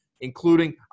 including